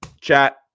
Chat